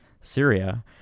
Syria